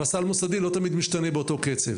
והסל המוסדי לא תמיד משתנה באותו קצב.